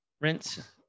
Rinse